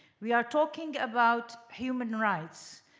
we are talking about human rights.